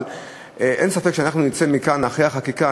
אבל אין ספק שאנחנו נצא מכאן אחרי החקיקה,